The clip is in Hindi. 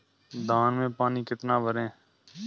धान में पानी कितना भरें?